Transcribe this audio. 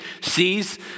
sees